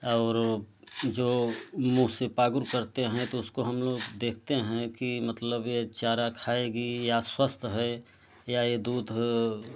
और जो मुँह से परुक करते हैं तो उसको हम लोग देखते हैं कि मतलब की चारा खाईगी या स्वस्थ हैं या यह दूध